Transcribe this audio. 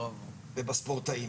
ובספורטאים.